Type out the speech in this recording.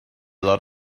lot